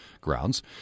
grounds